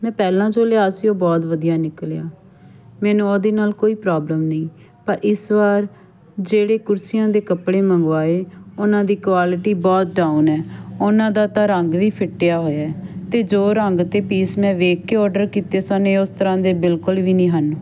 ਮੈਂ ਪਹਿਲਾਂ ਜੋ ਲਿਆ ਸੀ ਉਹ ਬਹੁਤ ਵਧੀਆ ਨਿਕਲਿਆ ਮੈਨੂੰ ਉਹਦੇ ਨਾਲ ਕੋਈ ਪ੍ਰੋਬਲਮ ਨਹੀਂ ਪਰ ਇਸ ਵਾਰ ਜਿਹੜੇ ਕੁਰਸੀਆਂ ਦੇ ਕੱਪੜੇ ਮੰਗਵਾਏ ਉਹਨਾਂ ਦੀ ਕੁਆਲਿਟੀ ਬਹੁਤ ਡਾਊਨ ਹੈ ਉਹਨਾਂ ਦਾ ਤਾਂ ਰੰਗ ਵੀ ਫਿੱਟਿਆ ਹੋਇਆ ਹੈ ਅਤੇ ਜੋ ਰੰਗ ਅਤੇ ਪੀਸ ਮੈਂ ਵੇਖ ਕੇ ਔਡਰ ਕੀਤੇ ਸਨ ਇਹ ਉਸ ਤਰ੍ਹਾਂ ਦੇ ਬਿਲਕੁਲ ਵੀ ਨਹੀਂ ਹਨ